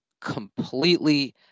completely